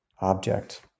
object